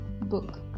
book